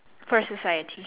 for society